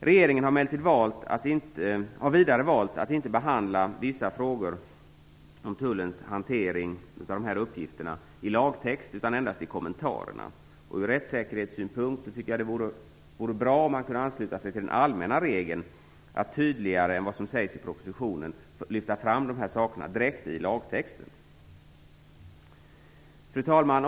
Regeringen har vidare valt att inte i lagtext, utan endast i kommentarerna, behandla vissa frågor om tullens hantering av dessa uppgifter. Ur rättssäkerhetssynpunkt tycker jag att det vore bra om man kunde ansluta sig till den allmänna regeln att tydligare än vad som sägs i propositionen lyfta fram dessa saker direkt i lagtexten. Fru talman!